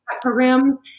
programs